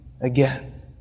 again